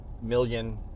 Million